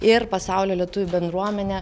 ir pasaulio lietuvių bendruomenę